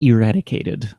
eradicated